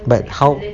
but how